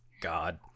God